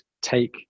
take